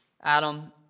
Adam